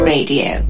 Radio